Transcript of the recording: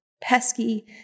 pesky